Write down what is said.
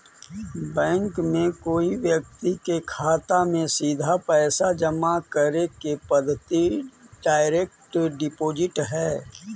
bank में कोई व्यक्ति के खाता में सीधा पैसा जमा करे के पद्धति डायरेक्ट डिपॉजिट हइ